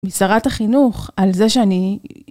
משרת החינוך על זה שאני